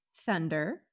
Thunder